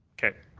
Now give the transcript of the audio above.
okay.